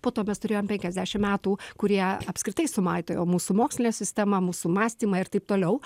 po to mes turėjom penkiasdešimt metų kurie apskritai sumaitojo mūsų mokslinę sistemą mūsų mąstymą ir taip toliau